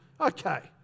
Okay